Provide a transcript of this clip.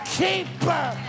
keeper